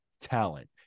talent